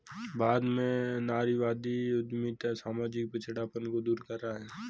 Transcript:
भारत में नारीवादी उद्यमिता सामाजिक पिछड़ापन को दूर कर रहा है